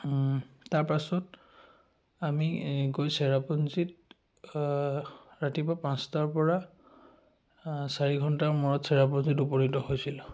তাৰপাছত আমি গৈ চেৰাপুঞ্জীত ৰাতিপুৱা পাঁচটাৰ পৰা চাৰি ঘণ্টাৰ মূৰত চেৰাপুঞ্জীত উপনীত হৈছিলোঁ